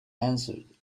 answered